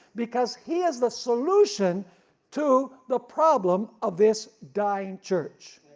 because he is the solution to the problem of this dying church.